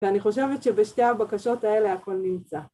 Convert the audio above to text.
ואני חושבת שבשתי הבקשות האלה הכול נמצא.